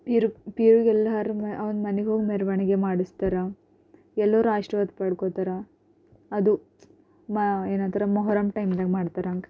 ಪಿರು ಪಿರುಗೆಲ್ಲ ಹರ್ ಒಂದು ಮನೆಗೋಗಿ ಮೆರವಣಿಗೆ ಮಾಡಿಸ್ತಾರೆ ಎಲ್ಲರ ಆಶೀರ್ವಾದ ಪಡ್ಕೊಳ್ತಾರೆ ಅದು ಮ ಏನಂತಾರೆ ಮೊಹರಮ್ ಟೈಮ್ದಾಗ ಮಾಡ್ತಾರೆ ಹಂಗೆ